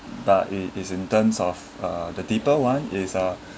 but it is in terms of uh the deeper one is uh